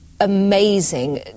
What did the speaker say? amazing